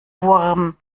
wurm